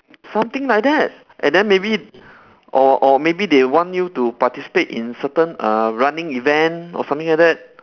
something like that and then maybe or or maybe they want you to participate in certain uh running event or something like that